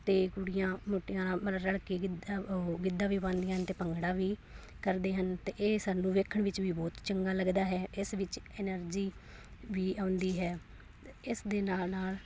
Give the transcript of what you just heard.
ਅਤੇ ਕੁੜੀਆਂ ਮੁਟਿਆਰਾਂ ਰਲ ਕੇ ਗਿੱਧਾ ਉਹ ਵੀ ਬਣਦੀਆਂ ਅਤੇ ਭੰਗੜਾ ਵੀ ਕਰਦੇ ਹਨ ਅਤੇ ਇਹ ਸਾਨੂੰ ਵੇਖਣ ਵਿੱਚ ਵੀ ਬਹੁਤ ਚੰਗਾ ਲੱਗਦਾ ਹੈ ਇਸ ਵਿੱਚ ਐਨਰਜੀ ਵੀ ਆਉਂਦੀ ਹੈ ਇਸ ਦੇ ਨਾਲ ਨਾਲ